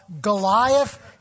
Goliath